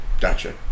Gotcha